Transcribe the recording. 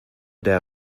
der